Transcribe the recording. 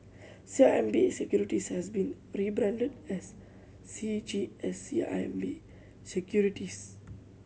C I M B Securities has been rebranded as C G S C I M B Securities